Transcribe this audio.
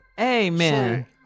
Amen